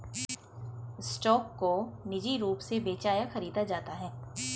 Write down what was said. stock को निजी रूप से बेचा या खरीदा जाता है